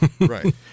Right